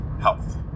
health